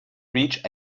reach